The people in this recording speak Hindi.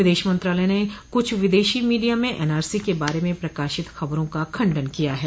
विदेश मंत्रालय ने कुछ विदेशी मीडिया में एनआरसी के बारे में प्रकाशित खबरों का खंडन किया है